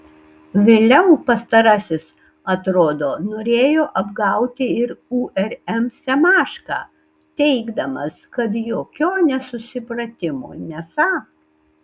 vėliau pastarasis atrodo norėjo apgauti ir urm semašką teigdamas kad jokio nesusipratimo nesą